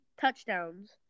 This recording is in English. touchdowns